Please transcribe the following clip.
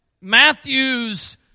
Matthew's